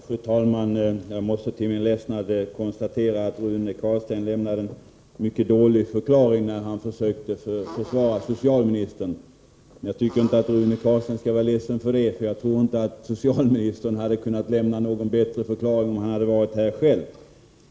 Fru talman! Jag måste till min ledsnad konstatera att Rune Carlstein lämnade en mycket dålig förklaring när han försökte försvara socialministern. Men jag tycker inte att han skall vara ledsen för det, för jag tror inte att socialministern hade kunnat lämna någon bättre förklaring om han hade varit här själv.